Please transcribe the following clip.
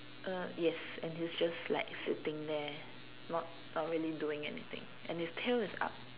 uh yes and he's just like sitting there not uh really doing anything and his tail is up